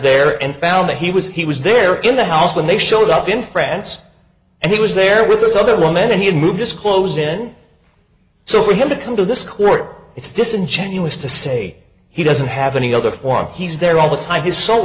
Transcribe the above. there and found that he was he was there in the house when they showed up in france and he was there with this other woman and he had moved this close in so for him to come to this court it's disingenuous to say he doesn't have any other one he's there all the time he's so